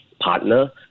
partner